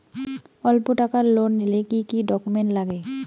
অল্প টাকার লোন নিলে কি কি ডকুমেন্ট লাগে?